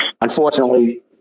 unfortunately